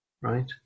Right